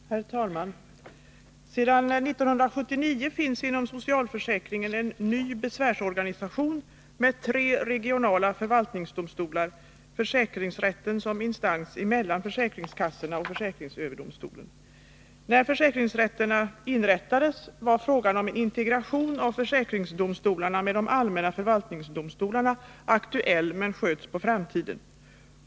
Herr talman! ”Sedan år 1979 finns inom socialförsäkringen en ny besvärsorganisation med tre regionala förvaltningsdomstolar — försäkrings När försäkringsrätterna inrättades var frågan om en integration av försäkringsdomstolarna med de allmänna förvaltningsdomstolarna aktuell men sköts på framtiden.